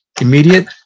immediate